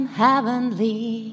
heavenly